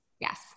Yes